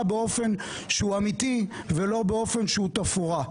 באופן שהוא אמיתי ולא באופן שהוא תפאורה.